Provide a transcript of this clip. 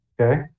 Okay